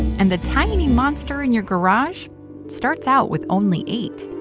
and the tiny monster in your garage starts out with only eight.